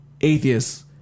atheists